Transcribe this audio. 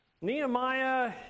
Nehemiah